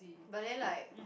but then like